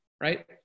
right